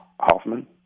Hoffman